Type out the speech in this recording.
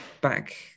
back